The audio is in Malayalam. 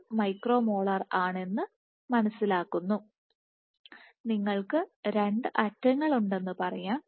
6 മൈക്രോ മോളാർ ആണെന്ന് മനസ്സിലാകുന്നു നിങ്ങൾക്ക് രണ്ട് അറ്റങ്ങളുണ്ടെന്ന് പറയാം